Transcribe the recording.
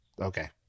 Okay